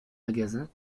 magasin